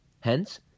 Hence